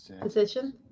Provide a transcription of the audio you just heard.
position